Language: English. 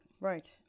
Right